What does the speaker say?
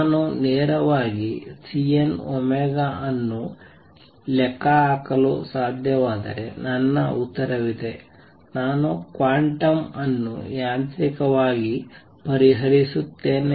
ನಾನು ನೇರವಾಗಿ Cnω ಅನ್ನು ಲೆಕ್ಕಹಾಕಲು ಸಾಧ್ಯವಾದರೆ ನನ್ನ ಉತ್ತರವಿದೆ ನಾನು ಕ್ವಾಂಟಮ್ ಅನ್ನು ಯಾಂತ್ರಿಕವಾಗಿ ಪರಿಹರಿಸುತ್ತೇನೆ